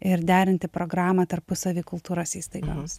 ir derinti programą tarpusavy kultūros įstaigoms